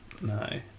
no